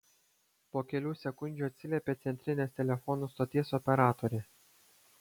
po kelių sekundžių atsiliepė centrinės telefonų stoties operatorė